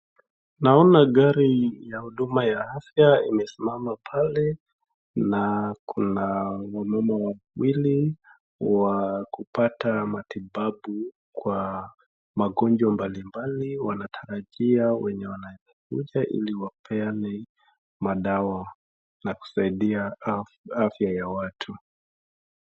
Naona gati ya huduma ya afya imesimama pale na kuna wanaume wawili wa kupata matibabu kwa magonjwa mbali mbali wanatarajia wenye wanaweza kuja ili wapeane madawa na kusaidia afya ya watu.